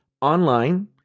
online